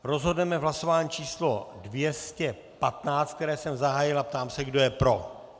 Rozhodneme v hlasování číslo 215, které jsem zahájil, a ptám se, kdo je pro.